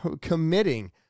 committing